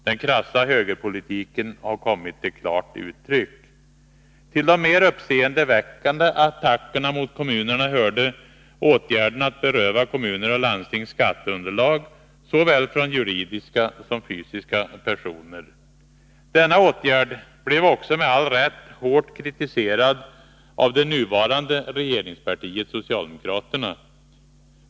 Den krassa högerpolitiken har kommit till klart uttryck. Till de mer uppseendeväckande attackerna mot kommunerna hörde åtgärden att beröva kommuner och landsting skatteunderlag, från såväl juridiska som fysiska personer. Denna åtgärd blev också med all rätt hårt kritiserad av det nuvarande regeringspartiet socialdemokraterna.